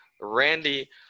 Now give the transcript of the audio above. Randy